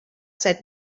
said